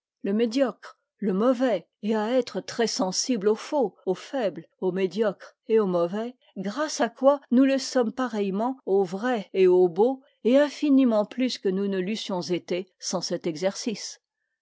le mauvais et à être très sensible au faux au faible au médiocre et au mauvais grâce à quoi nous le sommes pareillement au vrai et au beau et infiniment plus que nous ne l'eussions été sans cet exercice